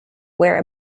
wear